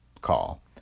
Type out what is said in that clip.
call